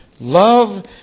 Love